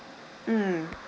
mm